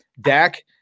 Dak